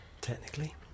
Technically